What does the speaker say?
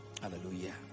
Hallelujah